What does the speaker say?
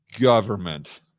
government